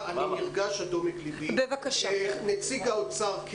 נציג האוצר.